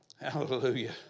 Hallelujah